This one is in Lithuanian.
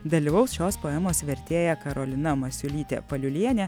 dalyvaus šios poemos vertėja karolina masiulytėpaliulienė